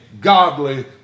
godly